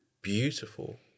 beautiful